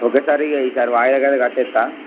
ఒక్క సారి ఇగ ఈ సారి వాయిదాకి కట్టేస్తాను